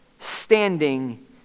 standing